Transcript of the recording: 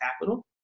capital